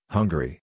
Hungary